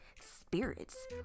spirits